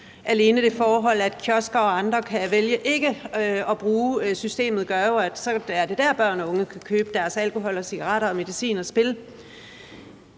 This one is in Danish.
Alene det forhold, at kiosker og andre kan vælge ikke at bruge systemet, gør jo, at så er det der, børn og unge kan købe deres alkohol og cigaretter og medicin og spil.